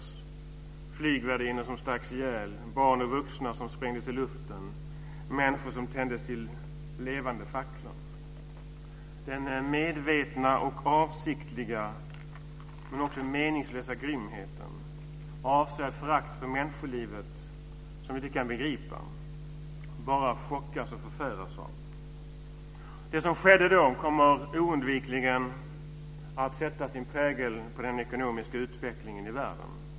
Det var flygvärdinnor som stacks ihjäl, barn och vuxna som sprängdes i luften, människor som blev levande facklor. Det är en medveten och avsiktlig, men också meningslös grymhet, ett avsevärt förakt för människolivet som vi inte kan begripa, bara chockas och förfäras av. Det som skedde då kommer oundvikligen att sätta sin prägel på den ekonomiska utvecklingen i världen.